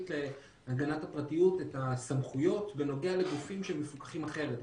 להגנת הפרטיות את הסמכויות בנוגע לגופים שמפוקחים אחרת.